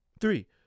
Three